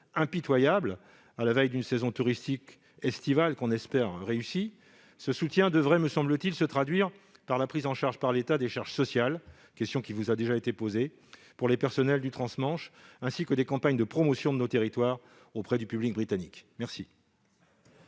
impitoyable, à la veille d'une saison touristique estivale que l'on espère réussie, ce soutien devrait, me semble-t-il, se traduire par la prise en charge par l'État des charges sociales des personnels des entreprises assurant les liaisons trans-Manche, ainsi que par des campagnes de promotion de nos territoires auprès du public britannique. La